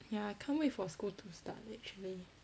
ya I can't wait for school to start leh actually